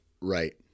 right